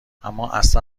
امااصلا